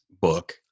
book